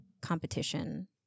competition